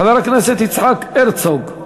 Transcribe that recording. חבר הכנסת יצחק הרצוג,